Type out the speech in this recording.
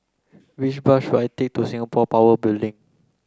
which bus should I take to Singapore Power Building